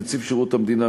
נציב שירות המדינה,